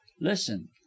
listen